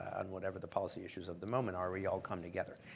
on whatever the policy issues of the moment are we all come together.